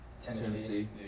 Tennessee